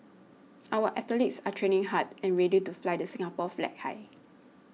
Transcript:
our athletes are training hard and ready to fly the Singapore flag high